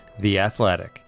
theathletic